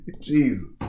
Jesus